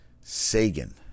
Sagan